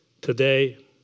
Today